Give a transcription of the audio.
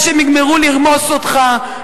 שהם יגמרו לרמוס אותך,